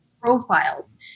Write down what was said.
profiles